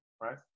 right